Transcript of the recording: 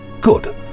Good